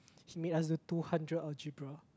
he made us do two hundred algebra